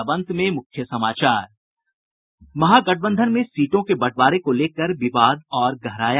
और अब अंत में मुख्य समाचार महागठबंधन में सीटों के बंटवारे को लेकर विवाद और गहराया